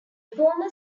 former